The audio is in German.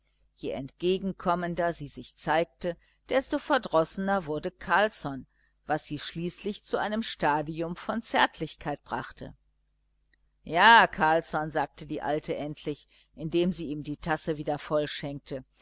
je entgegenkommender sie sich zeigte desto verdrossener wurde carlsson was sie schließlich zu einem stadium von zärtlichkeit brachte ja carlsson sagte die alte endlich indem sie ihm die tasse wieder